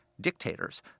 dictators